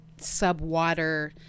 subwater